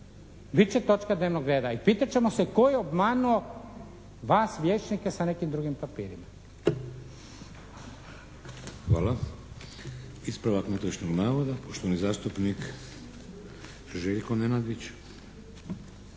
Bit će točka dnevnog reda i pitat ćemo se tko je obmanuo vas vijećnike sa nekim drugim papirima? **Šeks, Vladimir (HDZ)** Hvala. Ispravak netočnog navoda poštovani zastupnik Željko Nenadić.